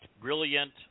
brilliant